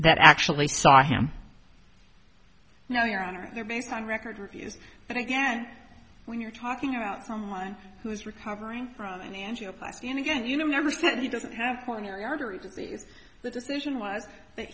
that actually saw him no your honor they're based on record reviews but again when you're talking about someone who is recovering from an angioplasty and again you never said he doesn't have coronary artery the decision was that